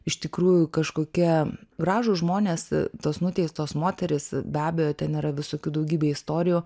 iš tikrųjų kažkokia gražūs žmonės tos nuteistos moterys be abejo ten yra visokių daugybė istorijų